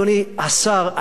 אדוני השר,